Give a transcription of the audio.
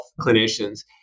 clinicians